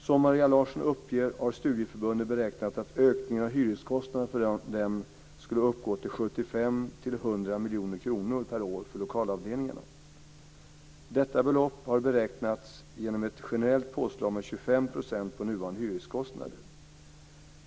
Som Maria Larsson uppger har studieförbunden beräknat att ökningen av hyreskostnaderna för dem skulle uppgå till 75-100 miljoner kronor per år för lokalavdelningarna. Detta belopp har beräknats genom ett generellt påslag med 25 % på nuvarande hyreskostnader.